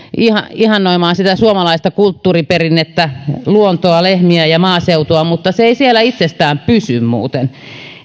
ihannoimaan sitä suomalaista kulttuuriperinnettä luontoa lehmiä ja maaseutua mutta se ei siellä itsestään pysy muuten